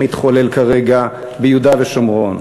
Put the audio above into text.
שמתחולל כרגע ביהודה ושומרון.